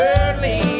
early